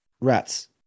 rats